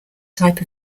type